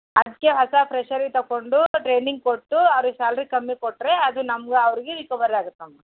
ಅದಕ್ಕೆ ಹೊಸ ಫ್ರೆಶರಿ ತಗೊಂಡು ಟ್ರೈನಿಂಗ್ ಕೊಟ್ಟು ಅವ್ರಿಗೆ ಸ್ಯಾಲ್ರಿ ಕಮ್ಮಿ ಕೊಟ್ಟರೆ ಅದು ನಮಗೂ ಅವರಿಗೆ ರಿಕವರಿ ಆಗುತ್ತೆ ಅಮ್ಮ